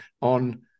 on